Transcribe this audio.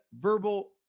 verbal